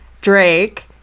Drake